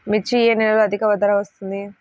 మిర్చి ఏ నెలలో అధిక ధర వస్తుంది?